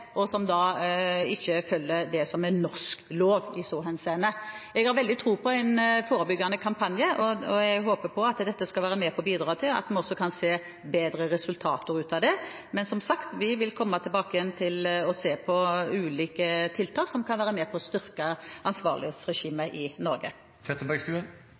så henseende. Jeg har veldig tro på en forebyggende kampanje, og jeg håper at dette skal være med og bidra til at vi også kan se bedre resultater. Men som sagt, vi vil komme tilbake igjen og se på ulike tiltak som kan være med på å styrke ansvarlighetsregimet i Norge.